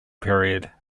period